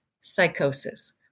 psychosis